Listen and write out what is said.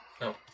No